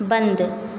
बन्द